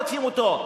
רודפים אותו,